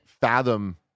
fathom